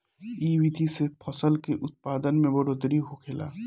इ विधि से फसल के उत्पादन में बढ़ोतरी होखेला